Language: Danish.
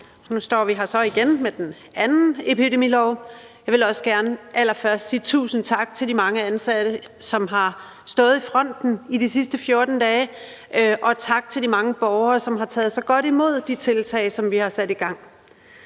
Nu står vi her så igen med den anden epidemilov, og jeg vil også gerne allerførst sige tusind tak til de mange ansatte, som har stået i fronten de sidste 14 dage, og tak til de mange borgere, som har taget så godt imod de tiltag, som vi har sat i gang.